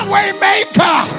Waymaker